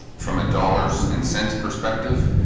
from a dollars and cents perspective